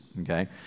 okay